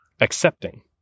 accepting